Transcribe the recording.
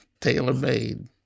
tailor-made